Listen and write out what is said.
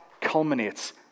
culminates